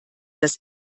das